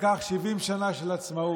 לקח 70 שנה של עצמאות.